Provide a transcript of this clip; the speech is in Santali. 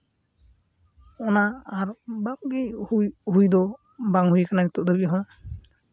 ᱚᱱᱟ ᱟᱨ ᱚᱱᱟ ᱠᱚᱜᱮ ᱦᱩᱭ ᱫᱚ ᱵᱚᱝ ᱦᱩᱭ ᱠᱟᱱᱟ ᱱᱤᱛᱳᱜ ᱫᱷᱟᱹᱵᱤᱡ ᱦᱚᱸ